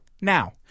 now